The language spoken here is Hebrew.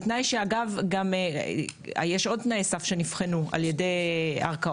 אגב, יש עוד תנאי סף שנבחנו על ידי ערכאות.